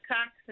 Cox